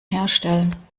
herstellen